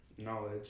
Knowledge